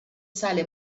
sale